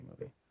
movie